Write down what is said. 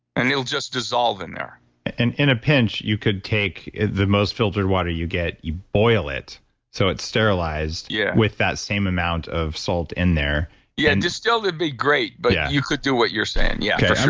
and it'll just dissolve in there and in a pinch, you could take the most filtered water you get, you boil it so it's sterilized yeah with that same amount of salt in there yeah, and distilled distilled would ah be great, but yeah you could do what you're saying, yeah, for sure